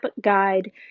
Guide